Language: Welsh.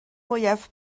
mwyaf